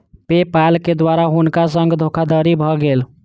पे पाल के द्वारा हुनका संग धोखादड़ी भ गेल